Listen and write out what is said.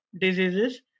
diseases